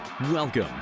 welcome